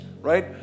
right